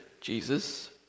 Jesus